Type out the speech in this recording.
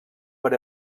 per